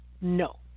no